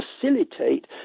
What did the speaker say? facilitate